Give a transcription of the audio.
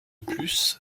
plus